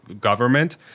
government